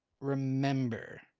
remember